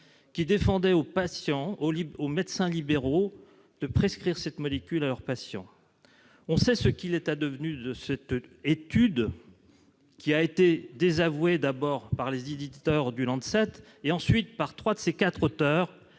qui défendait aux médecins libéraux de prescrire cette molécule à leurs patients. On sait ce qu'il est advenu de cette étude, qui a été désavouée d'abord par les éditeurs du, et ensuite par trois de ses quatre auteurs.